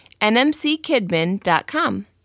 nmckidman.com